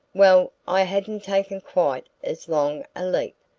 well, i hadn't taken quite as long a leap.